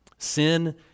Sin